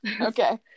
Okay